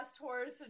horse